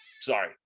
Sorry